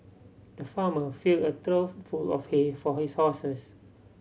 the farmer filled a trough full of hay for his horses